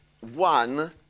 one